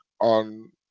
on